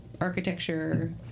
architecture